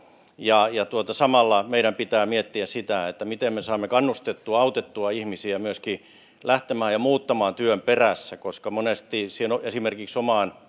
ja ja samalla meidän pitää miettiä sitä miten me saamme kannustettua autettua ihmisiä myöskin lähtemään ja muuttamaan työn perässä koska monesti siinä on esimerkiksi omaan